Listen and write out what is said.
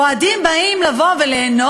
אוהדים באים ליהנות,